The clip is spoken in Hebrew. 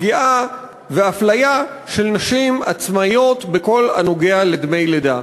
פגיעה ואפליה של נשים עצמאיות בכל הנוגע לדמי לידה.